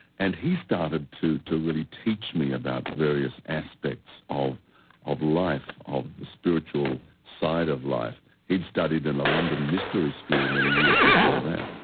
and he began to to really teach me about various aspects of of life, of the spiritual side of life. he had studied in a london mystery school many years before that.